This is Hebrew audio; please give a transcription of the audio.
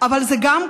אבל זה גם,